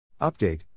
Update